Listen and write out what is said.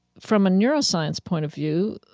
from a neuroscience point of view,